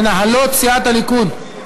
מנהלות סיעת הליכוד,